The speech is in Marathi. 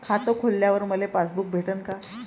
खातं खोलल्यावर मले पासबुक भेटन का?